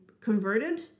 converted